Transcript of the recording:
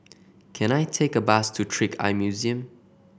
can I take a bus to Trick Eye Museum